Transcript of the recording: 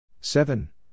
Seven